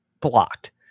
blocked